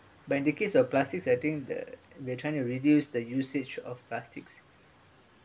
but in the case of plastics I think the we're trying to reduce the usage of plastics